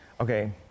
Okay